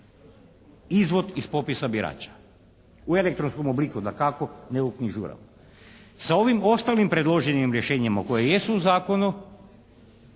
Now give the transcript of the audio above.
izvod iz popisa birača u elektronskom obliku dakako ne u …/Govornik se ne razumije./… Sa ovim ostalim predloženim rješenjima koja jesu u zakonu